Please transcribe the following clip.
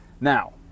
Now